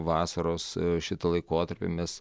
vasaros šitą laikotarpį mes